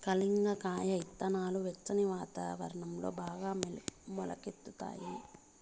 కలింగర కాయ ఇత్తనాలు వెచ్చని వాతావరణంలో బాగా మొలకెత్తుతాయి